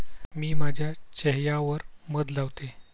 मी माझ्या चेह यावर मध लावते